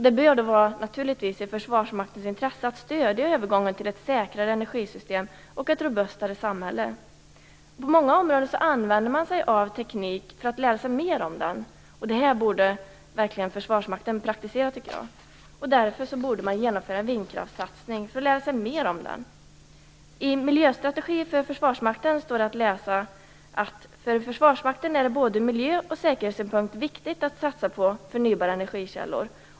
Det bör naturligtvis vara i Försvarsmaktens intresse att stödja övergången till ett säkrare energisystem och ett robustare samhälle. På många områden använder man sig av teknik för att lära sig mer om den, vilket Försvarsmakten verkligen borde praktisera. Därför borde man genomföra en vindkraftssatning för att lära sig mer om den. I Miljöstrategi för Försvarsmakten står att läsa: "För Försvarsmakten är det både ur miljö och säkerhetssynpunkt viktigt att satsa på förnybara energikällor.